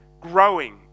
growing